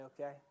okay